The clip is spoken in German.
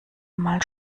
mal